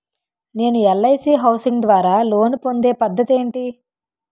నేను LIC housing ద్వారా loan పొందే పద్ధతి ఏంటి?